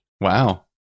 Wow